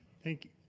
thank